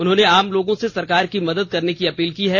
उन्होंने आम लोगों से सरकार की मदद करने की अपील की है